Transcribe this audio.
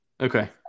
Okay